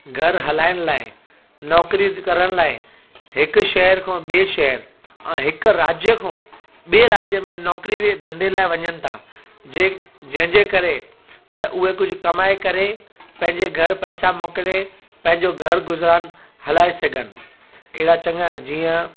घरु हलाइण लाइ नौकिरी करण लाइ हिकु शहर खां ॿिए शहर ऐं हिकु राज्य खां ॿिए राज्य में नौकिरी ऐं धंधे लाइ वञनि था जंहिं जंहिंजे करे ऐं उहे कुझु कमाए करे पंहिंजे घर पैसा मोकिले पंहिंजो घर गुज़रान हलाए सघनि अहिड़ा चङा जीअं